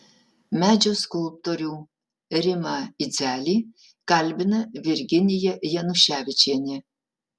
medžio skulptorių rimą idzelį kalbina virginija januševičienė